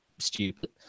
stupid